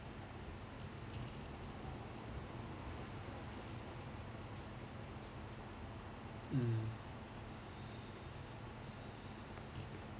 mm